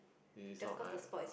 there is not I